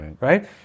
Right